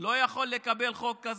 לא יכול לקבל חוק כזה.